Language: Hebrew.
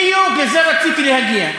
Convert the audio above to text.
בדיוק, לזה רציתי להגיע.